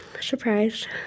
surprise